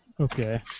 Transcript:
Okay